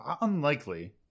Unlikely